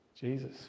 Jesus